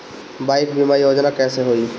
Bike बीमा योजना कैसे होई?